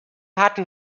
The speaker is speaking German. hatten